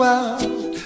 out